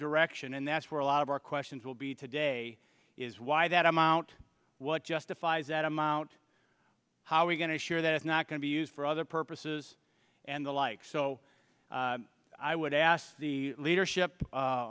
direction and that's where a lot of our questions will be today is why that amount what justifies that amount how are we going to sure that it's not going to be used for other purposes and the like so i would ask the leadership